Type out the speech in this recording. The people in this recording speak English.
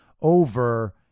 over